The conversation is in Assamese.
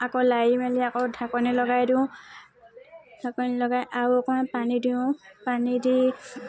আকৌ লাৰি মেলি আকৌ ঢাকনি লগাই দিওঁ ঢাকনি লগাই আৰু অকণমান পানী দিওঁ পানী দি